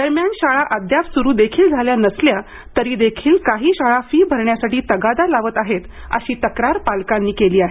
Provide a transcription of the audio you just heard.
दरम्यान शाळा अद्याप सुरू देखील झाल्या नसल्या तरी देखील काही शाळा फी भरण्यासाठी तगादा लावत आहेत अशी तक्रार पालकांनी केली आहे